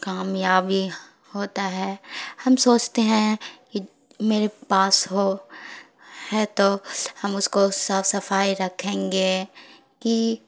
کامیابی ہوتا ہے ہم سوچتے ہیں میرے پاس ہو ہے تو ہم اس کو صاف صفائی رکھیں گے کہ